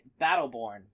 Battleborn